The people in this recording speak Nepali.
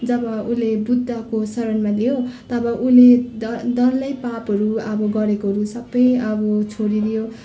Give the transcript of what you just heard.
जब उसले बुद्धको शरणमा लियो तब उसले ड डल्लै पापहरू अब गरेकोहरू सबै अब छोडिदियो